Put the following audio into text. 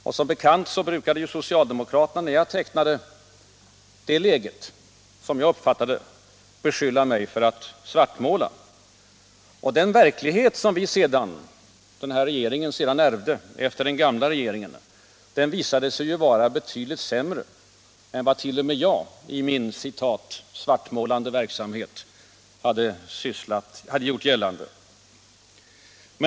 Och som bekant brukade socialdemokraterna, när jag tecknade läget som jag uppfattade det, beskylla mig för att svartmåla. Den verklighet som den här regeringen sedan ärvde efter den gamla regeringen visade sig dock vara betydligt sämre än vad t.o.m. jag i min ”svartmålande” verksamhet hade gjort gällande.